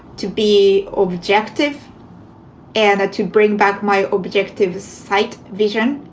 to be objective and to bring back my objectives. sight vision.